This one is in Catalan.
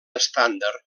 estàndard